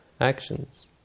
actions